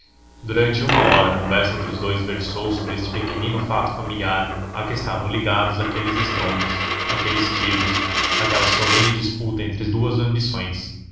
durante uma hora a conversa entre os dous versou sobre este pequenino fato familiar a que estavam ligados aqueles estrondos aqueles tiros aquela solene disputa entre duas ambições